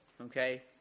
Okay